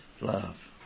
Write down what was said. love